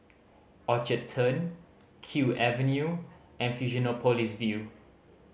Orchard Turn Kew Avenue and Fusionopolis View